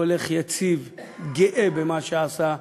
הולך יציב, גאה במה שעשה,